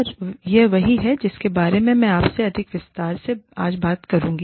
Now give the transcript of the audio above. और यह वही है जिसके बारे में मैं आपसे और अधिक विस्तार से आज बात करूँगी